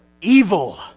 evil